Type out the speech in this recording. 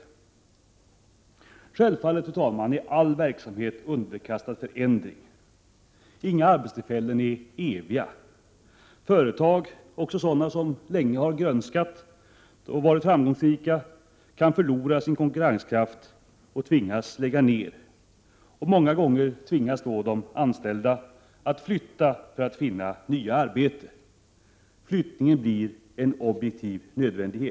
Självfallet, fru talman, är all verksamhet underkastad förändring. Inga arbetstillfällen är eviga. Företag, också sådana som länge har grönskat och varit framgångsrika, kan förlora sin konkurrenskraft och tvingas lägga ner. Många gånger tvingas de anställda att flytta för att finna nya arbeten. Prot. 1987/88:46 Flyttningen blir en objektiv nödvändighet.